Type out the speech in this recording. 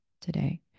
today